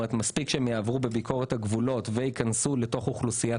כלומר מספיק שהם יעברו בביקורת הגבולות ויכנסו לתוך אוכלוסיית